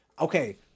okay